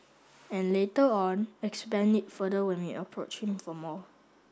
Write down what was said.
and later on expanded it further when we approached him for more